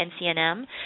NCNM